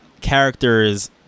character's